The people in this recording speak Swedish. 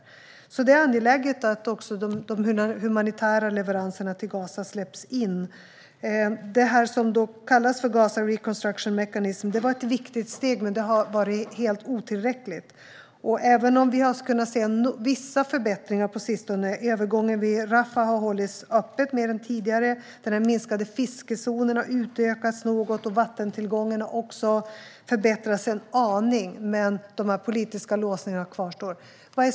Det är alltså angeläget att också de humanitära leveranserna till Gaza släpps in. Det som kallas Gaza Reconstruction Mechanism var ett viktigt steg, men det har varit helt otillräckligt. Vi har visserligen kunnat se vissa förbättringar på sistone - övergången vid Rafah har hållits öppen mer än tidigare, den minskade fiskezonen har utökats något och vattentillgången har också förbättrats en aning - men de politiska låsningarna kvarstår.